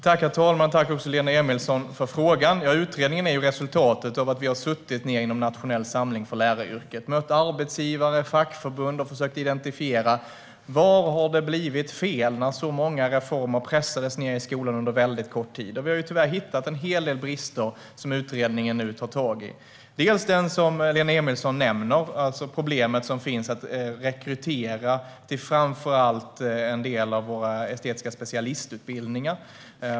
Herr talman! Tack för frågan, Lena Emilsson! Utredningen är resultatet av att vi har suttit ned inom Nationell samling för läraryrket och mött arbetsgivare och fackförbund. Vi har försökt identifiera var det har blivit fel när så många reformer pressades ned i skolan under väldigt kort tid. Vi har tyvärr hittat en hel del brister, som utredningen nu tar tag i. Dels är det den Lena Emilsson nämner, alltså det problem som finns när det gäller att rekrytera till framför allt en del av våra estetiska specialistutbildningar.